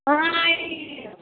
हाँ आइ